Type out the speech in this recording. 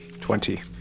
Twenty